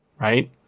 right